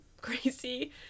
crazy